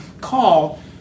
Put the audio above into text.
call